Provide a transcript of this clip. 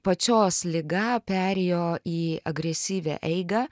pačios liga perėjo į agresyvią eigą